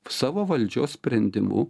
savo valdžios sprendimu